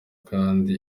kandi